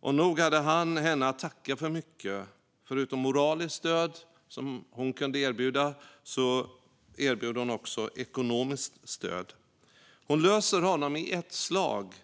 Och nog hade han henne att tacka för mycket. Förutom moraliskt stöd som hon kunde erbjuda erbjöd hon honom också ekonomiskt stöd. Hon löser honom i ett slag